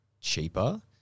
cheaper –